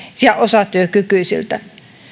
ja osatyökykyisiltä